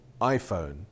iPhone